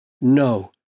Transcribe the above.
No